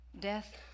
Death